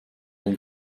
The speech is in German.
den